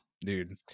dude